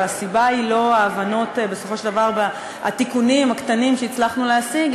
והסיבה היא לא ההבנות בסופו של דבר בתיקונים הקטנים שהצלחנו להשיג,